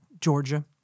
Georgia